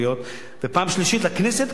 פעם שנייה לחצי מועצות אזוריות,